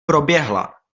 proběhla